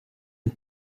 and